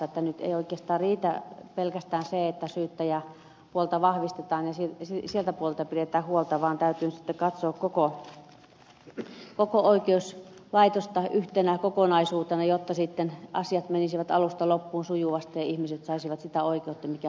nyt ei oikeastaan riitä pelkästään se että syyttäjäpuolta vahvistetaan ja siitä puolesta pidetään huolta vaan täytyy nyt sitten katsoa koko oikeuslaitosta yhtenä kokonaisuutena jotta sitten asiat menisivät alusta loppuun sujuvasti ja ihmiset saisivat sitä oikeutta mikä heille kuuluu